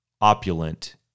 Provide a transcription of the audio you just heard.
opulent